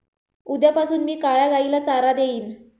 उद्यापासून मी काळ्या गाईला चारा देईन